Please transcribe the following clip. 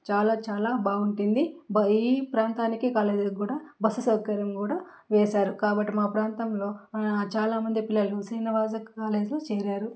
చాలా చాలా బాగుంటుంది బై ఈ ప్రాంతానికి కాలేజీకి కూడా బస్సు సౌకర్యం కూడా వేశారు కాబట్టి మా ప్రాంతంలో చాలా మంది పిల్లలు శ్రీనివాస కాలేజ్లో చేరారు